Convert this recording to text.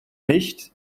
nicht